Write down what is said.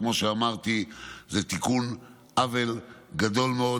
כמו שאמרתי, זה תיקון עוול גדול מאוד.